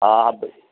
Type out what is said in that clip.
हा हा बि